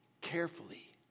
carefully